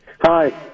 Hi